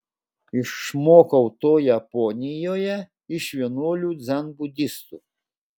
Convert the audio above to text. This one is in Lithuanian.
išmokau to japonijoje iš vienuolių dzenbudistų